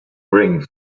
ring